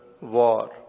war